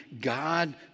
god